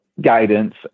guidance